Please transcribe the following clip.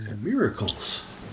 Miracles